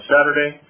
Saturday